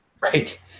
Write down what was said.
Right